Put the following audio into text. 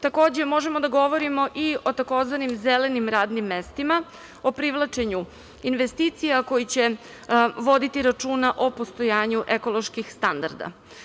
Takođe, možemo da govorimo i o tzv. „zelenim radnim mestima“, o privlačenju investicija koje će voditi računa o postojanju ekoloških standarda.